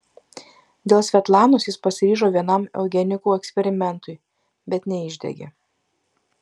dėl svetlanos jis pasiryžo vienam eugenikų eksperimentui bet neišdegė